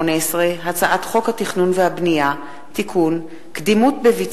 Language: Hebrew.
בתי-המשפט (תיקון, עניין